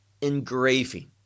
engraving